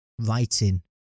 writing